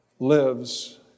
lives